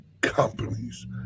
companies